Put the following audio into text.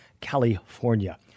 California